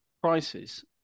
prices